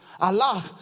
Allah